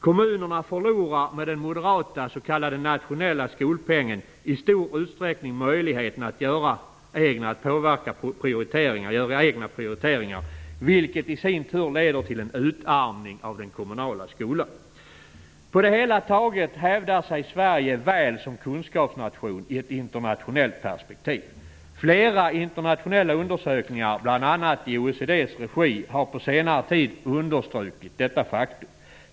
Kommunerna förlorar med den moderata s.k. nationella skolpengen i stor utsträckning möjligheten att göra egna prioriteringar, vilket i sin tur leder till en utarmning av den kommunala skolan. På det hela taget hävdar sig Sverige väl som kunskapsnation i ett internationellt perspektiv. Flera internationella undersökningar, bl.a. i OECD:s regi, har på senare tid understrukit detta faktum.